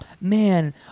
man